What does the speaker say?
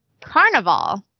Carnival